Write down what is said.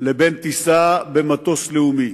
לבין טיסה במטוס לאומי,